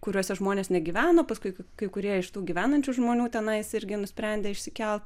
kuriuose žmonės negyveno paskui kai kurie iš tų gyvenančių žmonių tenais irgi nusprendė išsikelt